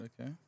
okay